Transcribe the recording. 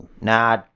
Nah